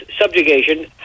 subjugation